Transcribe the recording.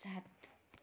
सात